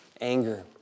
anger